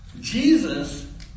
Jesus